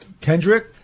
Kendrick